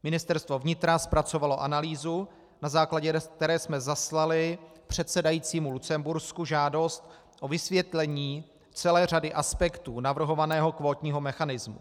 Ministerstvo vnitra zpracovalo analýzu, na základě které jsme zaslali předsedajícímu Lucembursku žádost o vysvětlení celé řady aspektů navrhovaného kvótního mechanismu.